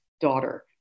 daughter